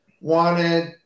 wanted